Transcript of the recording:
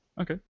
Okay